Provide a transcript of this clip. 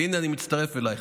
הינה, אני מצטרף אלייך.